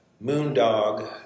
Moondog